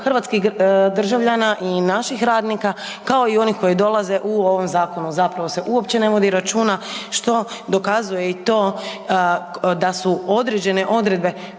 hrvatskih državljana i napih radnika, kao i onih koji dolaze, u ovom zakonu zapravo se uopće ne vodi računa što dokazuje i to da su određene odredbe